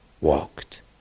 walked